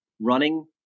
running